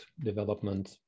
development